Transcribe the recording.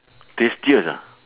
tastiest ah